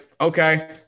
okay